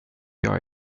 jag